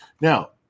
Now